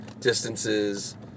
distances